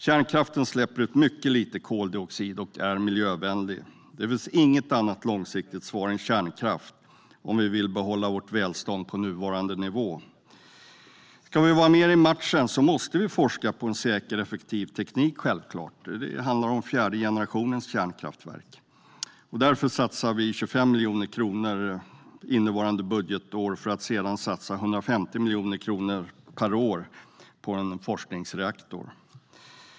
Kärnkraften släpper ut mycket lite koldioxid och är miljövänlig. Det finns inget annat långsiktigt svar än kärnkraft, om vi vill behålla vårt välstånd på nuvarande nivå. Ska vi vara med i matchen måste vi självklart forska på säker och effektiv teknik. Det handlar om fjärde generationens kärnkraftverk. Därför satsar vi 25 miljoner kronor innevarande budgetår, för att sedan satsa 150 miljoner kronor per år på en forskningsreaktor.